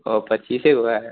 ओ पच्चीस गो हैं